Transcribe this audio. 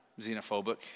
xenophobic